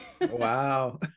Wow